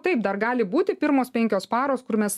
taip dar gali būti pirmos penkios paros kur mes